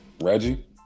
Reggie